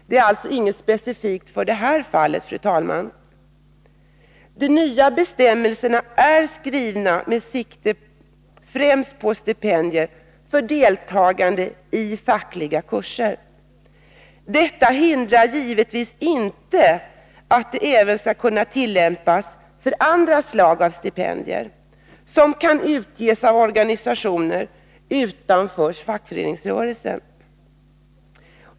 Det är alltså inget specifikt för det här fallet, fru talman. De nya bestämmelserna är skrivna med sikte främst på stipendier för deltagande i fackliga kurser. Detta hindrar givetvis inte att de även skall kunna tillämpas för andra slag av stipendier, som kan utges av organisationer utanför fackföreningsrörelsen.